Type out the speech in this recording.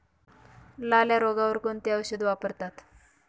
लाल्या रोगावर कोणते औषध वापरतात?